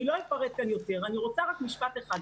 אני לא אפרט כאן יותר, אני רוצה רק משפט אחד.